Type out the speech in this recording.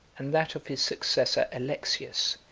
and that of his successor alexius,